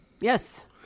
Yes